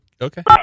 Okay